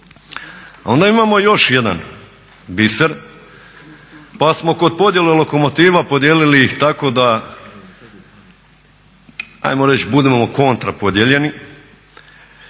A onda imamo još jedan biser, pa smo kod podjele lokomotiva podijelili ih tako da ajmo reć budem kontra podijeljeni,